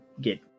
get